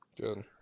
Good